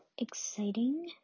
exciting